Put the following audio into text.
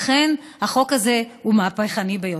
לכן, החוק הזה הוא מהפכני ביותר.